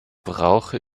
brauche